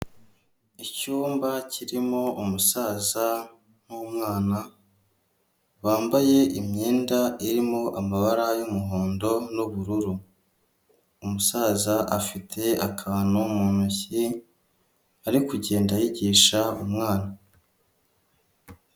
Icyumba kirimo umusaza n'umwana, bambaye imyenda irimo amabara y'umuhondo n'ubururu. Umusaza afite akantu mu ntoki ari kugenda yigisha umwana.